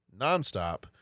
nonstop